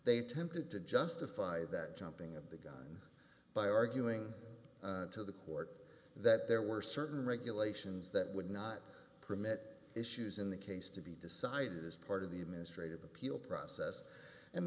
they attempted to justify that jumping of the gun by arguing to the court that there were certain regulations that would not permit issues in the case to be decided as part of the administrative appeal process and